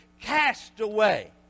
castaway